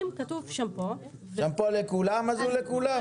אם כתוב שמפו -- שמפו לכולם, אז הוא לכולם.